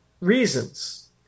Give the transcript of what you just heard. reasons